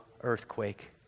earthquake